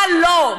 מה לא,